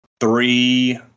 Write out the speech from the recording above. Three